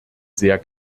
sehr